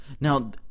Now